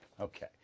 Okay